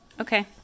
Okay